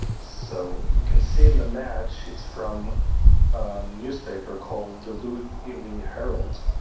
so you can see in the match it's from a newspaper called duluth evening herald,